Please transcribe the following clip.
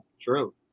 True